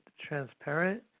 transparent